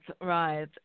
right